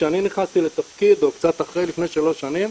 כשאני נכנסתי לתפקיד או קצת אחרי, לפני שלוש שנים,